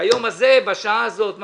ביום הזה ובשעה הזאת,